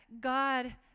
God